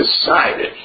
decided